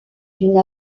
d’une